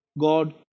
God